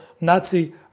Nazi